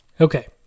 Okay